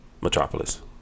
Metropolis